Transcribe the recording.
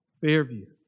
Fairview